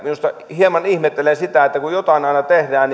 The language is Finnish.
hieman ihmettelen sitä että aina kun jotain tehdään